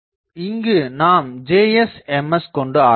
இங்கு நாம் Js Ms கொண்டு ஆராயலாம்